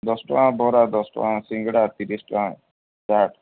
ଦଶ ଟଙ୍କା ବରା ଦଶ ଟଙ୍କା ସିଙ୍ଗଡ଼ା ତିରିଶ ଟଙ୍କା ଚାଟ୍